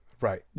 right